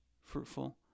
fruitful